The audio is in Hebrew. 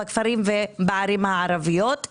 בכפרים ובערים הערביות,